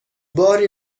باری